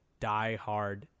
diehard